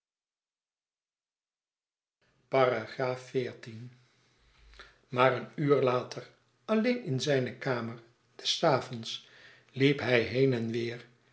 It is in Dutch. xiv maar een uur later alleen in zijne kamer des avonds liep hij heen en weêr